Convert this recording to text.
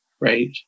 Right